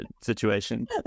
situation